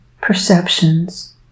perceptions